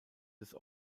des